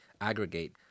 aggregate